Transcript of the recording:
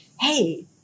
hey